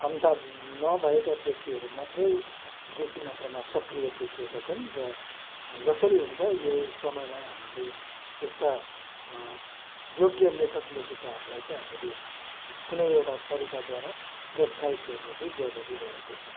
क्षमता नभएका व्यक्तिहरू मात्रै बेसी मात्रामा सक्रिय देखिएका छन् र जसरी हुन्छ यो समयमा हामीले यस्ता योग्य लेखक लेखिकाहरूलाई चाहिँ हामीले कुनै एउटा तरिकाद्वारा प्रोत्साहित गर्नु चाहिँ जरुरी रहेको छ